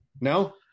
No